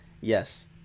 Yes